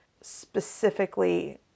specifically